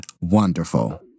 wonderful